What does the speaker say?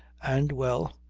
and, well,